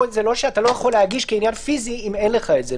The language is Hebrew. פה זה לא שאתה לא יכול להגיש כעניין פיזי אם אין לך את זה,